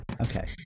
okay